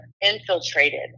infiltrated